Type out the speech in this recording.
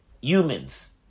humans